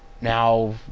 now